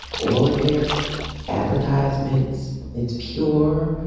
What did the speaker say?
all of their advertisements. it's pure.